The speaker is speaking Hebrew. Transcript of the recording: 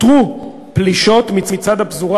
אותרו פלישות מצד הפזורה